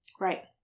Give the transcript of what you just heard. Right